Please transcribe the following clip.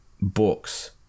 books